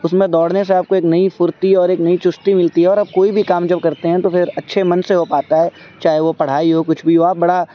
اس میں دوڑنے سے آپ کو ایک نئی فرتی اور ایک نئی چستی ملتی ہے اور اب کوئی بھی کام جب کرتے ہیں تو پھر اچھے من سے ہو پاتا ہے چاہے وہ پڑھائی ہو کچھ بھی ہو آپ بڑا